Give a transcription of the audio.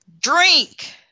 Drink